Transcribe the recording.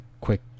quick